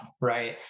right